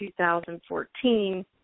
2014